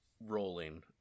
rolling